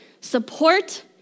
support